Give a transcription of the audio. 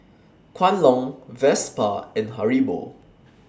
Kwan Loong Vespa and Haribo